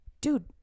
dude